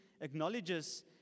acknowledges